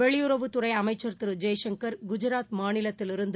வெளியுறவுத்துறைஅமைச்சர் திருறெயசங்கர் மாநிலத்திலிருந்து